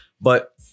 But-